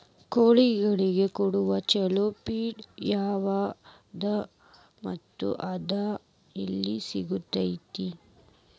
ಕೋಳಿಗಳಿಗೆ ಕೊಡುವ ಛಲೋ ಪಿಡ್ಸ್ ಯಾವದ ಮತ್ತ ಅದ ಎಲ್ಲಿ ಸಿಗತೇತಿ?